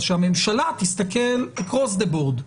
אז שהממשלה תסתכל אקרוס דה בורד,